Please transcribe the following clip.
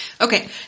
Okay